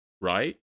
right